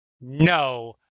No